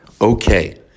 okay